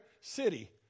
city